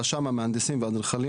רשם המהנדסים והאדריכלים,